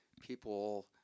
People